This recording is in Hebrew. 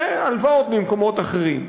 זה הלוואות ממקומות אחרים.